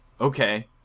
okay